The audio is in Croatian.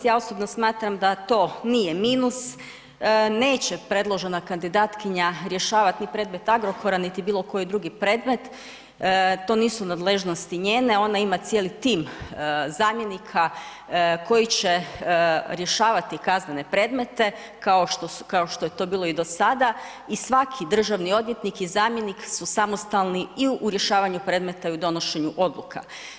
Ja osobno smatram da to nije minus, neće predložena kandidatkinja rješavat ni predmet Agrokora niti bilo koji drugi predmet, to nisu nadležnosti njene, ona ima cijeli tim zamjenika koji će rješavati kaznene predmete kao što je to bilo i do sada i svaki državni odvjetnik i zamjenik su samostalni i u rješavanju predmeta i u donošenju odluka.